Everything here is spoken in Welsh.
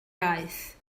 aeth